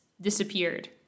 disappeared